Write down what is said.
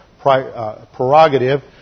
prerogative